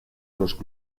los